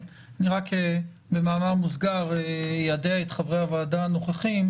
אני רק במאמר מוסגר איידע את חברי הוועדה הנוכחים,